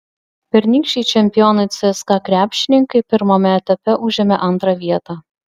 pernykščiai čempionai cska krepšininkai pirmame etape užėmė antrą vietą